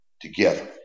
together